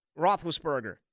Roethlisberger